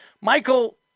Michael